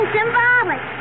symbolic